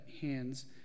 hands